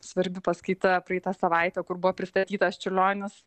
svarbi paskaita praeitą savaitę kur buvo pristatytas čiurlionis